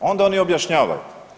Onda oni objašnjavaju.